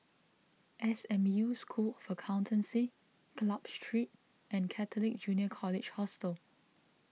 S M U School of Accountancy Club Street and Catholic Junior College Hostel